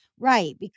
Right